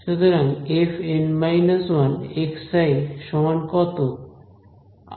সুতরাং f N −1